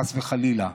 חס וחלילה.